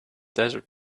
desert